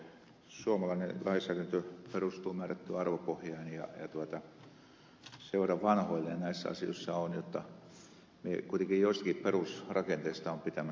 suomalainen lainsäädäntö perustuu määrättyyn arvopohjaan ja sen verran vanhoillinen näissä asioissa olen jotta minä kuitenkin joistakin perusrakenteista olen pitämässä kiinni